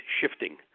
shifting